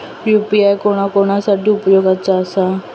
UPI कोणा कोणा साठी उपयोगाचा आसा?